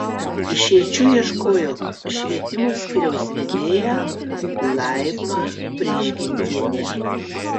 išeičių ieškojo švietimo skyriaus vedėja laima prižgintienė